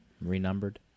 Renumbered